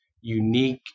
unique